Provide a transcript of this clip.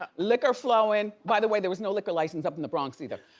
ah liquor flowing. by the way, there was no liquor license up in the bronx either.